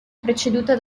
preceduta